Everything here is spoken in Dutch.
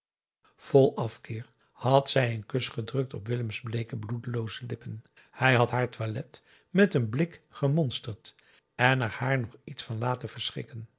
vol afkeer had zij een kus gedrukt op willem's bleeke bloedlooze lippen hij had haar toilet met een blik gemonsterd en er haar nog iets aan laten